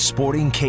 Sporting